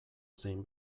zein